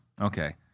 Okay